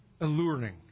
alluring